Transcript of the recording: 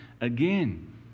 again